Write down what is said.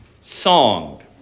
song